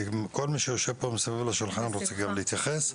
כי כל מי שיושב פה מסביב לשולחן רוצה להתייחס.